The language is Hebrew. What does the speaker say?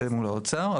זה מול האוצר.